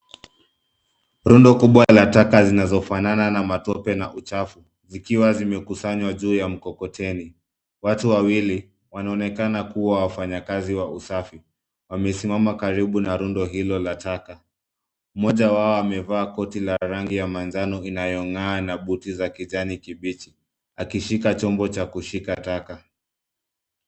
Rundo kubwa la taka zinazofanana na matope na uchafu zikiwa zimekusanywa juu ya mkokoteni. Watu wawili wanaonekana kuwa wafanyi kazi wa usafi wamesimama karibu na rundo hilo la taka. Moja wao amevaa koti la rangi ya manjano inayo ng'aa na buti za kijani kibichi akishika chombo cha kushika taka.